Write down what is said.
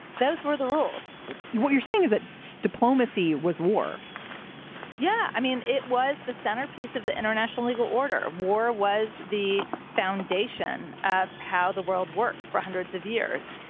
those were the rules what you're saying is that diplomacy was war yeah. i mean, it was the centerpiece of the international legal order. war was the foundation of how the world worked for hundreds of years.